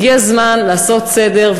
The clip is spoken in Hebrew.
הגיע הזמן לעשות סדר,